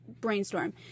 brainstorm